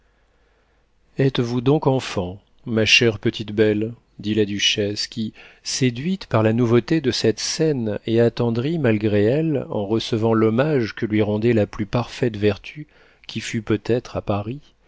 êtes-vous donc enfant ma chère petite belle dit la duchesse qui séduite par la nouveauté de cette scène et attendrie malgré elle en recevant l'hommage que lui rendait la plus parfaite vertu qui fût peut-être à paris